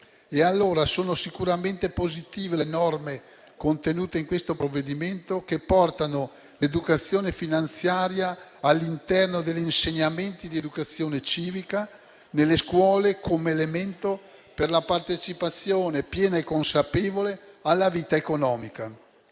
allora sicuramente positive le norme contenute in questo provvedimento, che portano l'educazione finanziaria all'interno degli insegnamenti di educazione civica nelle scuole, come elemento per la partecipazione piena e consapevole alla vita economica.